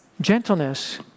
Gentleness